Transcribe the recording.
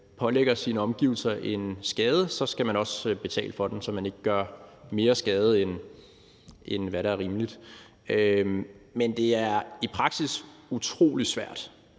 påfører sine omgivelser en skade, skal man også betale for den, så man ikke gør mere skade, end hvad der er rimeligt. Men det er i praksis utrolig svært